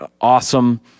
awesome